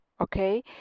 okay